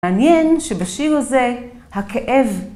מעניין שבשיר הזה הכאב